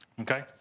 okay